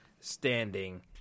standing